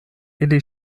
ili